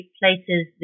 places